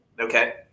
Okay